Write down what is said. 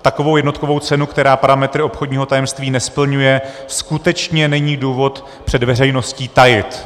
Takovou jednotkovou cenu, která parametry obchodního tajemství nesplňuje, skutečně není důvod před veřejností tajit.